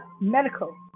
medical